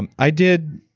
and i did,